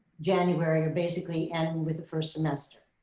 january, or basically ending with the first semester.